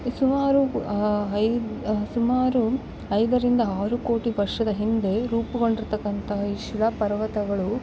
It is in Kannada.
ಸುಮಾರು ಐ ಸುಮಾರು ಐದರಿಂದ ಆರು ಕೋಟಿ ವರ್ಷದ ಹಿಂದೆ ರೂಪುಗೊಂಡಿರ್ತಕ್ಕಂತಹ ಈ ಶಿಲಾ ಪರ್ವತಗಳು